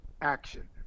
action